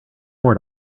more